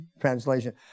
translation